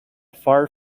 far